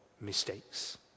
mistakes